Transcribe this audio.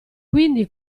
quindi